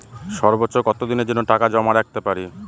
সর্বোচ্চ কত দিনের জন্য টাকা জমা রাখতে পারি?